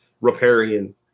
riparian